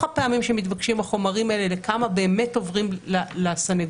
הפעמים שמתבקשים החומרים האלה כמה באמת עוברים לסנגוריה,